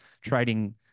trading